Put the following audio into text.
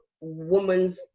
woman's